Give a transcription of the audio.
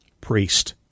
priest